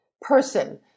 person